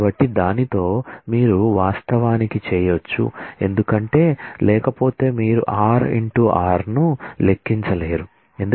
కాబట్టి దానితో మీరు వాస్తవానికి చేయవచ్చు ఎందుకంటే లేకపోతే మీరు r × r ను లెక్కించలేరు